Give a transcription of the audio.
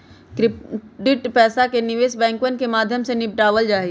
credit पैसा के निवेश बैंकवन के माध्यम से निपटावल जाहई